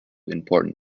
important